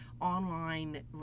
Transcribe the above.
online